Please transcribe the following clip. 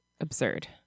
absurd